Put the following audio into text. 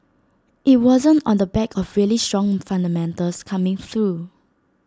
IT wasn't on the back of really strong fundamentals coming through